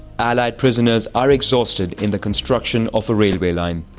allied prisoners are exhausted in the construction of a railway line.